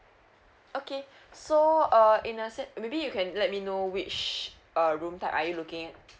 okay so err in a se~ maybe you can let me know which uh room type are you looking